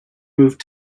moved